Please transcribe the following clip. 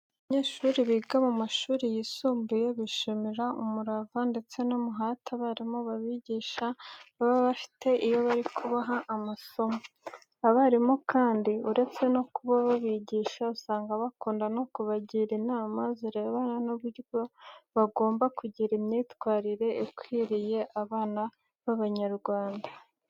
Abanyeshuri biga mu mashuri yisumbuye, bishimira umurava ndetse n'umuhate abarimu babigisha baba bafite iyo bari kubaha amasomo. Abarimu kandi uretse no kuba babigisha, usanga bakunda no kubagira inama zirebana n'uburyo bagomba kugira imyitwarire ikwiriye abana b'Abanyarwanda.